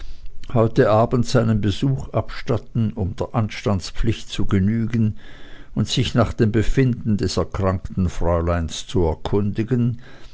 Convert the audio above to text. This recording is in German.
heute abend seinen besuch abstatten um der anstandspflicht zu genügen und sich nach dem befinden des erkrankten fräuleins zu erkundigen